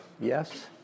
Yes